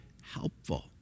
helpful